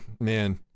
man